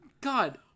God